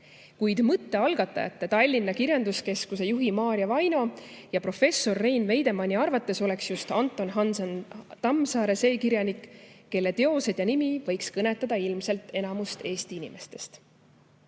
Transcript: Kuid mõtte algatajate, Tallinna Kirjanduskeskuse juhi Maarja Vaino ja professor Rein Veidemanni arvates on just Anton Hansen Tammsaare see kirjanik, kelle teosed ja nimi võiks kõnetada ilmselt enamikku Eesti inimestest.